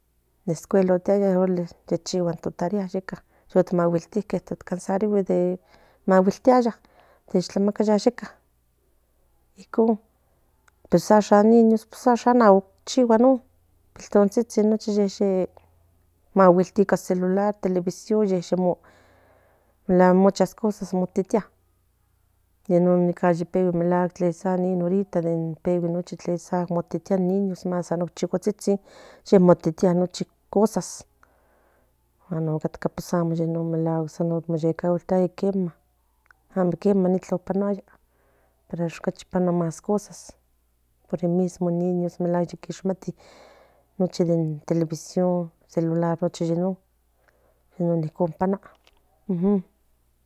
Escuela itiaya i chihuaya in tarea mo cansaguilis de maguitiaya tus tlamacaya yeka icon pues ashan amo chihua non nochi maguitia ipan celuarl television ahora muchas cosas motitia de yenon ye pegui non de motitia de chochocotsin miel cosas guan otcatca amo maguitiaya amo quem paguaya pero ahora más cosas por el mismo in niños ye kishmati celular televisión por eso non panua